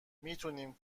میتونیم